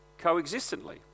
coexistently